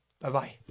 Bye-bye